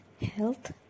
health